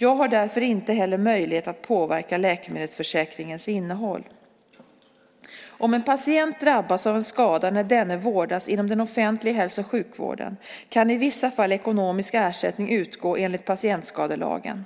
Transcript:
Jag har därför ingen möjlighet att påverka läkemedelsförsäkringens innehåll. Om en patient drabbas av en skada när denne vårdas inom den offentliga hälso och sjukvården kan i vissa fall ekonomisk ersättning utgå enligt patientskadelagen.